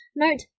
Note